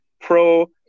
pro